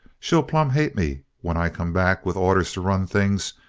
she'll plumb hate me when i come back with orders to run things.